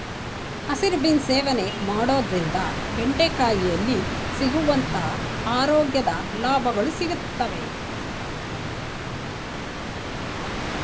ಹಸಿರು ಬೀನ್ಸ್ ಸೇವನೆ ಮಾಡೋದ್ರಿಂದ ಬೆಂಡೆಕಾಯಿಯಲ್ಲಿ ಸಿಗುವಂತ ಆರೋಗ್ಯದ ಲಾಭಗಳು ಸಿಗುತ್ವೆ